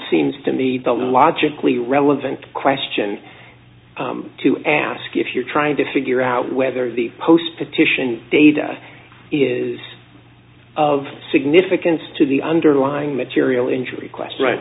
seems to me to logically relevant question to ask if you're trying to figure out whether the post petition data is of significance to the underlying material injury question right